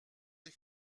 des